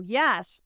yes